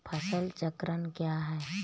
फसल चक्रण क्या है?